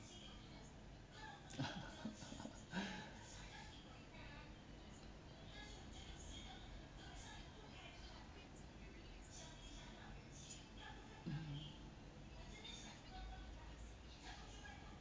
mm